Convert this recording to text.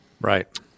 Right